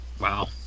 Wow